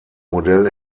modell